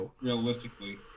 realistically